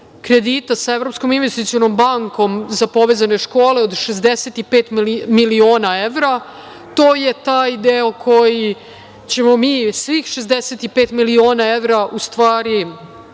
kredita sa Evropskom investicionom bankom za povezane škole od 65 miliona evra. To je taj deo koji ćemo mi, svih 65 miliona evra, u stvari,